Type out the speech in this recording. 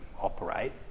operate